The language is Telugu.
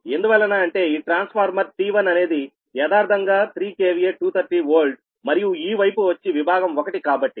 ఎందువలన అంటే ఈ ట్రాన్స్ఫార్మర్ T1 అనేది యదార్ధంగా 3 KVA 230 Volt మరియు ఈ వైపు వచ్చి విభాగం 1 కాబట్టి